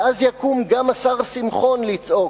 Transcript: ואז יקום גם השר שמחון לצעוק.